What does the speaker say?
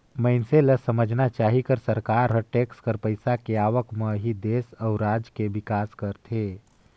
मइनसे ल समझना चाही कर सरकार हर टेक्स कर पइसा के आवक म ही देस अउ राज के बिकास करथे